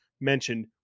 mentioned